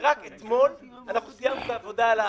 שרק אתמול סיימנו את העבודה על החוק.